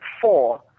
four